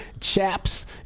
chaps